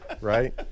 Right